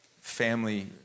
family